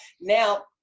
Now